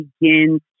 begins